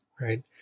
Right